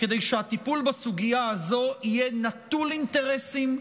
כדי שהטיפול בסוגיה הזאת יהיה נטול אינטרסים,